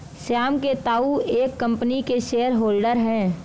श्याम के ताऊ एक कम्पनी के शेयर होल्डर हैं